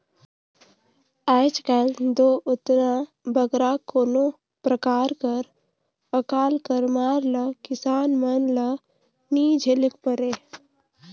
आएज काएल दो ओतना बगरा कोनो परकार कर अकाल कर मार ल किसान मन ल नी झेलेक परे